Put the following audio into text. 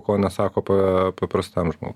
ko nesako pa paprastam žmogui